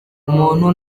umuntu